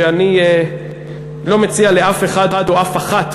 שאני לא מציע לאף אחד או לאף אחת,